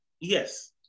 Yes